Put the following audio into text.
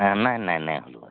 নাই নাই নাই নাই